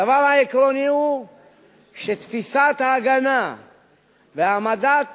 הדבר העקרוני הוא שתפיסת ההגנה והעמדת